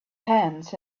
hands